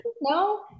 no